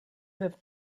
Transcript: have